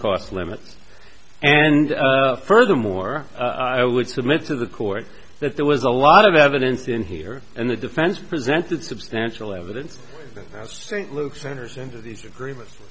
costs limit and furthermore i would submit to the court that there was a lot of evidence in here and the defense presented substantial evidence of st luke's enters into these agreements